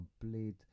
complete